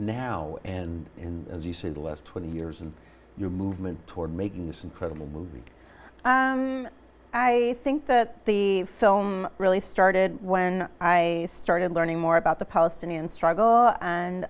now and as you see the last twenty years and your movement toward making this incredible movie i think that the film really started when i started learning more about the palestinian struggle and